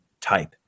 type